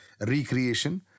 recreation